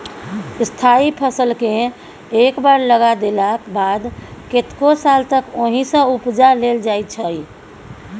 स्थायी फसलकेँ एक बेर लगा देलाक बाद कतेको साल तक ओहिसँ उपजा लेल जाइ छै